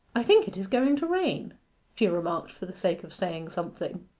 i think it is going to rain she remarked for the sake of saying something.